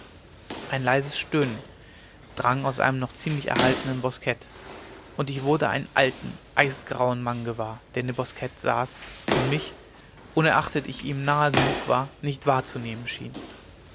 ein leises stöhnen drang aus einem noch ziemlich erhaltenen boskett und ich wurde einen alten eisgrauen mann gewahr der in dem boskett saß und mich unerachtet ich ihm nahe genug war nicht wahrzunehmen schien